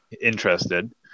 interested